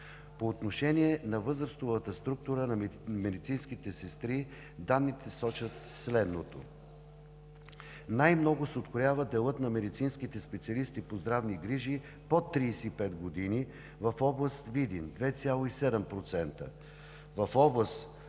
По отношение на възрастовата структура на медицинските сестри данните сочат следното: най-много се откроява делът на медицинските специалисти по здравни грижи под 35 години – в област Видин – 2,7%,